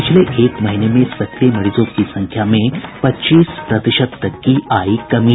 पिछले एक महीने में सक्रिय मरीजों की संख्या में पच्चीस प्रतिशत तक की आई कमी